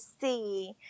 see